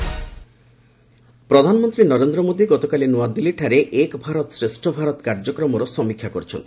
PM programme ପ୍ରଧାନମନ୍ତ୍ରୀ ନରେନ୍ଦ୍ର ମୋଦି ଗତକାଲି ନୂଆଦିଲ୍ଲୀଠାରେ ଏକ୍ ଭାରତ ଶେଷ ଭାରତ କାର୍ଯ୍ୟକ୍ମର ସମୀକ୍ଷା କରିଛନ୍ତି